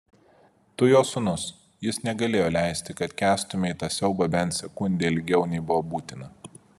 tu jo sūnus jis negalėjo leisti kad kęstumei tą siaubą bent sekundę ilgiau nei buvo būtina